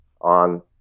on